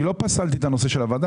אני לא פסלתי את הנושא של הוועדה.